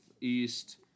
East